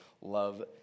love